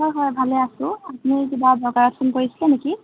হয় হয় ভালে আছোঁ আপুনি কিবা দৰকাৰত ফোন কৰিছিলে নেকি